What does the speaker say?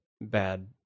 bad